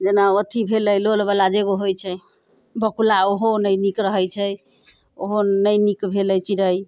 जेना अथी भेलै लोल बला जे एगो होइत छै बकुला ओहो नहि नीक रहैत छै ओहो नहि नीक भेलै चिड़ै